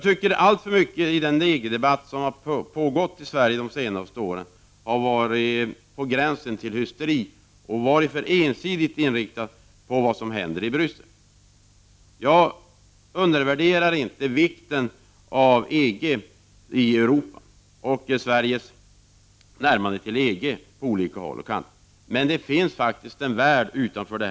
w Allför mycket i den EG-debatt som har pågått i Sverige under de senaste åren har varit på gränsen till hysteri och har varit för ensidigt inriktat på vad som händer i Bryssel. Jag undervärderar inte EG:s betydelse i Europa och vikten av Sveriges närmande till EG i olika avseenden, men det finns faktiskt också en värld utanför EG.